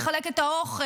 יחלק את האוכל,